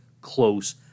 close